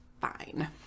Fine